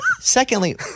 Secondly